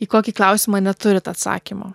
į kokį klausimą neturit atsakymo